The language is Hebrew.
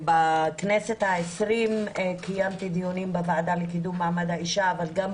בכנסת ה-20 קיימתי דיונים בוועדה לקידום מעמד האישה אבל גם